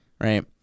Right